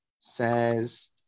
Says